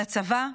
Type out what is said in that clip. לצבא ולמדינה,